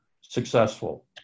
successful